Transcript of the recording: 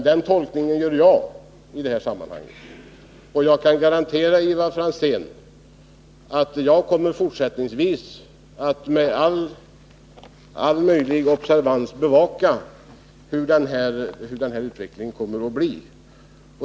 Den tolkningen gör jag i detta sammanhang, och jag kan garantera Ivar Franzén att jag fortsättningsvis kommer att med all möjlig observans bevaka hur den här utvecklingen blir.